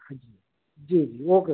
हाँ जी जी जी ओके